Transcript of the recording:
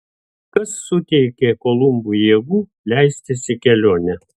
kas suteikė kolumbui jėgų leistis į kelionę